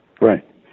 Right